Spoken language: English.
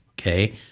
Okay